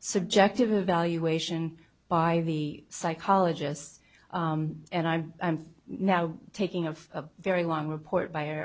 subjective evaluation by the psychologists and i'm now taking of a very long report b